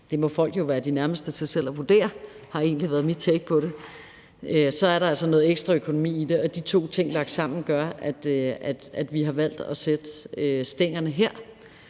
den, for folk må jo være de nærmeste til selv at vurdere det; det har egentlig været mit take på det – så er der altså også noget ekstra økonomi i det, og de to ting lagt sammen gør, at vi har valgt at sætte grænsen her.